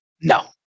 No